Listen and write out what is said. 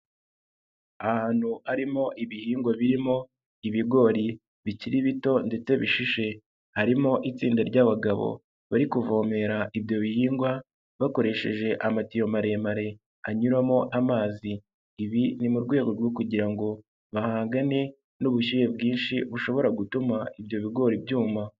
Ahantu harimo ibihingwa birimo ibigori bikiri bito ndetse bishishe, harimo itsinda ry'abagabo bari kuvomera ibyo bihingwa, bakoresheje amatiyo maremare anyuramo amazi, ibi ni mu rwego rwo kugira ngo bahangane n'ubushyuhe bwinshi bushobora gutuma ibyo bigori ibyuma.